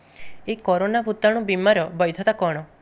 ଏହି କରୋନା ଭୂତାଣୁ ବୀମାର ବୈଧତା କ'ଣ